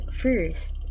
first